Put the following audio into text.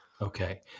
Okay